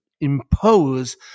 impose